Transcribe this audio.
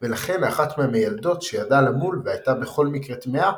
ולכן אחת מהמילדות שידעה למול והייתה בכל מקרה טמאה,